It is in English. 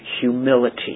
humility